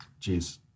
Jeez